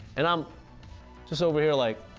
and i'm just over here like,